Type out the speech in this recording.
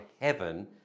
heaven